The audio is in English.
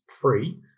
free